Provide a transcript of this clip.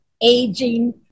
aging